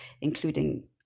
including